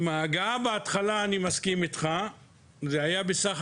אני מסכים איתך שבהתחלה היה גיוס,